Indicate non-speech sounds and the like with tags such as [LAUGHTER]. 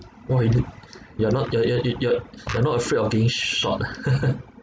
why did you are not you are you are you are you are not afraid of being shot ah [LAUGHS]